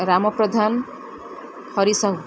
Ram Pradhan Hari Sahu